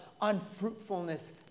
unfruitfulness